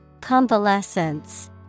Convalescence